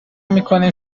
میکنیم